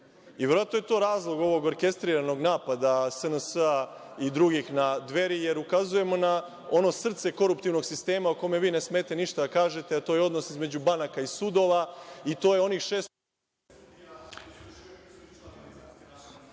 je to razlog ovog orkestriranog napada SNS i drugih na Dveri jer ukazujemo na ono srce koruptivnog sistema o kome vi ne smete ništa da kažete, a to je odnos između banaka i sudova… (isključen